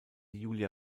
julia